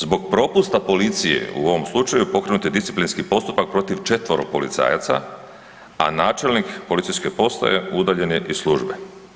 Zbog propusta policije u ovom slučaju pokrenut je disciplinski postupak protiv 4-ero policajaca, a načelnik policijske postaje udaljen je iz službe.